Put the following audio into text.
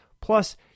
plus